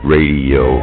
Radio